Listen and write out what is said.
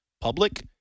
public